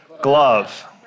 glove